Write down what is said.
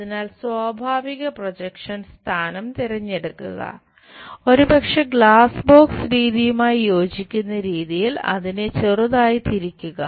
അതിനാൽ സ്വാഭാവിക പ്രൊജക്ഷൻ സ്ഥാനം തിരഞ്ഞെടുക്കുക ഒരുപക്ഷേ ഗ്ലാസ് ബോക്സ് രീതിയുമായി യോജിക്കുന്ന രീതിയിൽ അതിനെ ചെറുതായി തിരിക്കുക